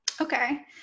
Okay